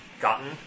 gotten